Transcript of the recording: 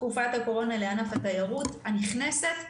תקופת הקורונה לענף התיירות הנכנסת.